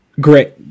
great